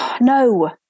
No